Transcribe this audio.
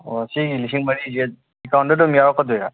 ꯑꯣ ꯁꯤꯒꯤ ꯂꯤꯁꯤꯡ ꯃꯔꯤꯁꯦ ꯑꯦꯛꯀꯥꯎꯟꯗ ꯑꯗꯨꯝ ꯌꯥꯎꯔꯛꯀꯗꯣꯏꯔ